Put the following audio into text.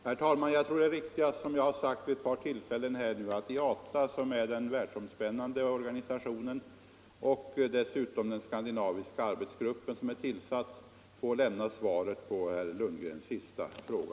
Herr talman! Jag tror att det är riktigast, som jag har sagt vid ett par tillfällen här nu, att IATA, som är den världsomspännande organisationen, och den skandinaviska arbetsgrupp som tillsatts får lämna svaret på herr Lundgrens senaste fråga.